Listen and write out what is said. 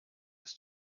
ist